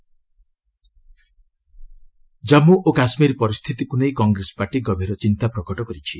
Congress JK Jammu ଓ କାଶ୍ମୀର ପରିସ୍ଥିତିକୁ ନେଇ କଂଗ୍ରେସ ପାର୍ଟି ଗଭୀର ଚିନ୍ତା ପ୍ରକଟ କରିଛି